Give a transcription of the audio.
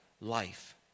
life